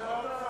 הו, הו,